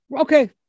Okay